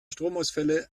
stromausfälle